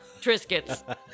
Triscuits